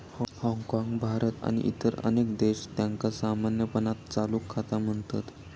हाँगकाँग, भारत आणि इतर अनेक देश, त्यांका सामान्यपणान चालू खाता म्हणतत